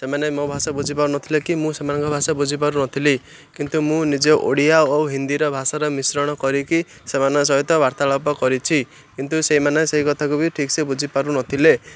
ସେମାନେ ମୋ ଭାଷା ବୁଝିପାରୁନଥିଲେ କି ମୁଁ ସେମାନଙ୍କ ଭାଷା ବୁଝିପାରୁନ ଥିଲି କିନ୍ତୁ ମୁଁ ନିଜେ ଓଡ଼ିଆ ଓ ହିନ୍ଦୀର ଭାଷାର ମିଶ୍ରଣ କରିକି ସେମାନଙ୍କ ସହିତ ବାର୍ତ୍ତାଳାପ କରିଛି କିନ୍ତୁ ସେଇମାନେ ସେଇ କଥାକୁ ବି ଠିକ୍ ସେ ବୁଝିପାରୁନ ଥିଲେ